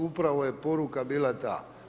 Upravo je poruka bila ta.